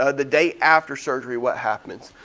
ah the day after surgery what happens.